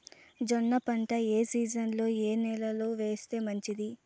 జొన్న పంట ఏ సీజన్లో, ఏ నెల లో వేస్తే మంచిది?